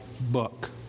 book